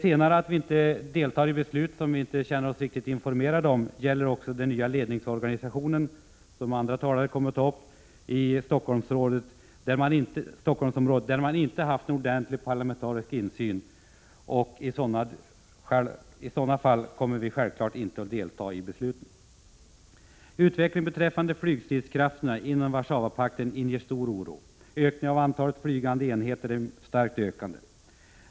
Inställningen att vi inte deltar i beslut i frågor där vi inte känner oss riktigt informerade gäller också ny ledningsorganisation i Stockholmsområdet, där man inte haft en ordentlig parlamentarisk insyn. I sådana situationer kommer vi självfallet inte att delta i besluten. Utvecklingen beträffande flygstridskrafterna inom Warszawapakten inger stor oro. Ökningen av antalet flygande enheter är mycket stark.